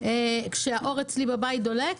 שכשהאור אצלי בבית דולק